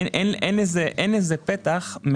אין פתח.